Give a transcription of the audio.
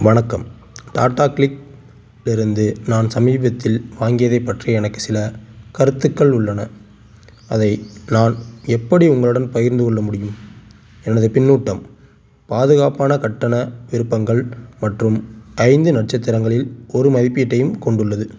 வணக்கம் டாடா க்ளிக்லிருந்து நான் சமீபத்தில் வாங்கியதைப் பற்றி எனக்கு சில கருத்துக்கள் உள்ளன அதை நான் எப்படி உங்களுடன் பகிர்ந்து கொள்ள முடியும் எனது பின்னூட்டம் பாதுகாப்பான கட்டண விருப்பங்கள் மற்றும் ஐந்து நட்சத்திரங்களில் ஒரு மதிப்பீட்டையும் கொண்டுள்ளது